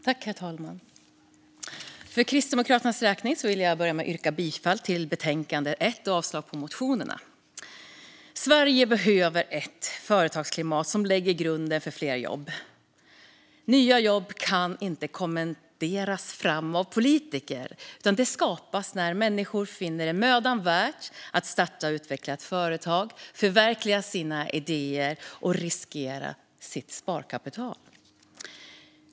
Herr talman! För Kristdemokraternas räkning yrkar jag bifall till förslaget i betänkande 1 och avslag på motionerna. Sverige behöver ett företagsklimat som lägger grunden för fler jobb. Nya jobb kan inte kommenderas fram av politiker. De skapas när människor finner det mödan värt att starta och utveckla ett företag, förverkliga sina idéer och riskera sitt sparkapital.